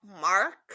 Mark